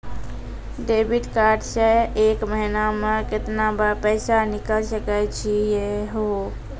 Debit card से एक महीना मा केतना बार पैसा निकल सकै छि हो?